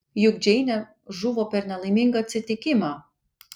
juk džeinė žuvo per nelaimingą atsitikimą